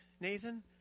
Nathan